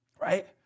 right